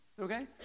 okay